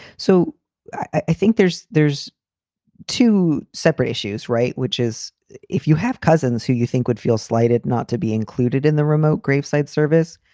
so i think there's there's two separate issues. right, which is if you have cousins who you think would feel slighted not to be included in the remote graveside service,